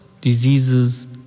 diseases